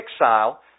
exile